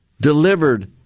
delivered